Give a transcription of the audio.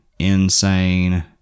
insane